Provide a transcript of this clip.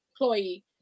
employee